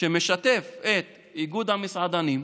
שמשתף את איגוד המסעדנים,